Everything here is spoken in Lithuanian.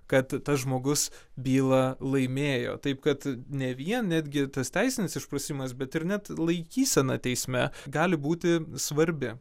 kad tas žmogus bylą laimėjo taip kad ne vien netgi tas teisinis išprusimas bet ir net laikysena teisme gali būti svarbi